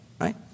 right